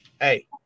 Hey